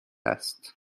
است